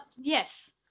Yes